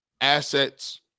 assets